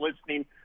listening